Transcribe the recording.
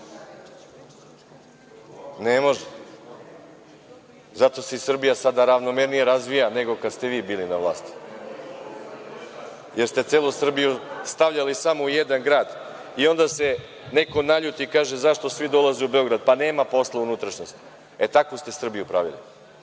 ne može. Zato se Srbija sada ravnomernije razvija nego kada ste vi bili na vlasti, jer ste celu Srbiju stavljali samo u jedan grad i onda se neko naljuti i kaže – zašto svi dolaze u Beograd? Pa nema posla u unutrašnjosti. E, takvu ste Srbiju pravili. Ne